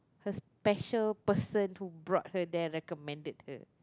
her special person who brought her there recommended her